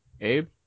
Abe